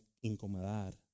incomodar